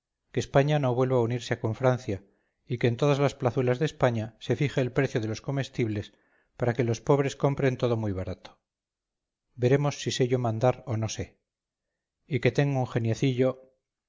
que españa no vuelva a unirse con francia y que en todas las plazuelas de españa se fije el precio de los comestibles para que los pobres compren todo muy barato veremos si sé yo mandar o no sé y que tengo